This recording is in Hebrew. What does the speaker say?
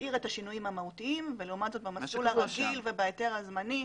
נשאיר את השינויים המהותיים ולעומת זאת במסלול הרגיל ובהיתר הזמני,